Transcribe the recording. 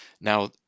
Now